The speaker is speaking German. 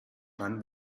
wann